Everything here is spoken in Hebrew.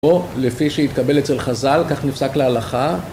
או לפי שהתקבל אצל חז"ל, כך נפסק להלכה